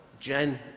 Jen